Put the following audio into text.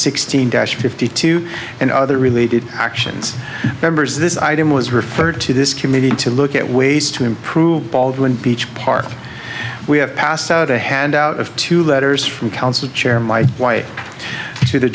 sixteen dash fifty two and other related actions members this item was referred to this committee to look at ways to improve baldwin beach park we have passed out a handout of two letters from council chair my wife to the